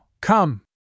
Come